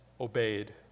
obeyed